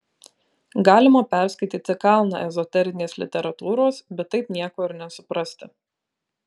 galima perskaityti kalną ezoterinės literatūros bet taip nieko ir nesuprasti